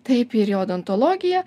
taip ir į odontologiją